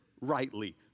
rightly